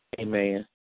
Amen